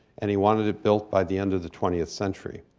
and he wanted it built by the end of the twentieth century.